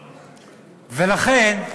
לכן,